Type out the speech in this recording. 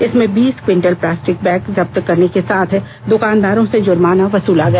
इसमें बीस quintal plastic bag जब्त करने के साथ दुकानदारों से जुर्माना वसूला गया